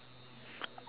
is your rock